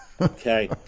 okay